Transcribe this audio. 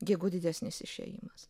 jeigu didesnis išėjimas